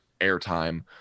airtime